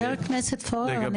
חבר הכנסת פורר,